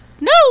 No